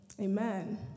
Amen